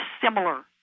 similar